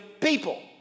people